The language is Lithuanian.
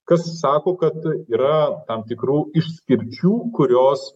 kas sako kad yra tam tikrų išskirčių kurios